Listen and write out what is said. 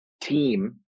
team